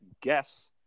guess